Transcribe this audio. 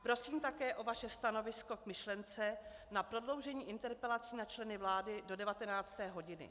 Prosím také o vaše stanovisko k myšlence na prodloužení interpelací na členy vlády do 19. hodiny.